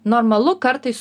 normalu kartais